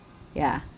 ya